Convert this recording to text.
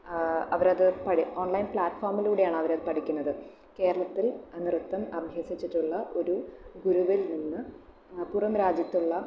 അവർ അത് പഠി ഓൺലൈൻ പ്ലാറ്റ്ഫോമിലൂടെയാണ് അവർ അത് പഠിക്കുന്നത് കേരളത്തിൽ നൃത്തം അഭ്യസിച്ചിട്ടുള്ള ഒരു ഗുരുവിൽ നിന്ന് പുറം രാജ്യത്തുള്ള